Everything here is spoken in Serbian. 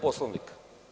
Poslovnika.